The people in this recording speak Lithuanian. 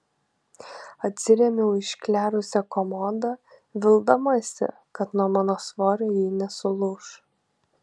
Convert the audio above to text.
atsirėmiau į išklerusią komodą vildamasi kad nuo mano svorio ji nesulūš